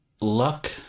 Luck